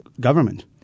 government